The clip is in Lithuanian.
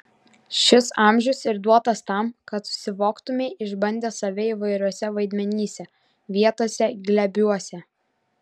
šis amžius ir duotas tam kad susivoktumei išbandęs save įvairiuose vaidmenyse vietose glėbiuose